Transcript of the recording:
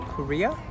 Korea